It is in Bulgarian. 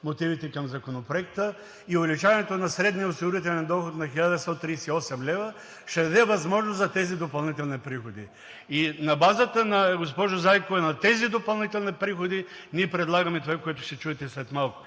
мотивите към Законопроекта и увеличаването на средния осигурителен доход на 1138 лв., ще даде възможност за тези допълнителни приходи. И на базата, госпожо Зайкова, на тези допълнителни приходи, ние предлагаме това, което ще чуете след малко,